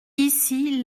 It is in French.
ici